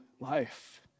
life